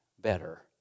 better